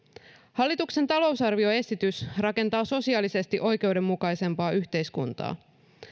hallituksen talousarvioesitys rakentaa sosiaalisesti oikeudenmukaisempaa yhteiskuntaa